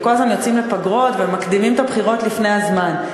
וכל הזמן יוצאים לפגרות ומקדימים את הבחירות והן לפני הזמן.